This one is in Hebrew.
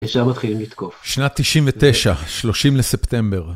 שם מתחילים לתקוף. שנת תשעים ותשע, שלושים לספטמבר.